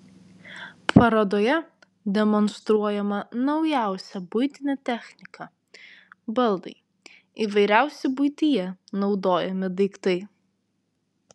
parodoje demonstruojama naujausia buitinė technika baldai įvairiausi buityje naudojami daiktai